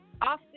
often